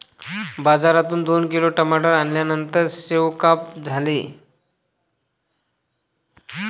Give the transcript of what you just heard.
बाजारातून दोन किलो टमाटर आणल्यानंतर सेवन्पाक झाले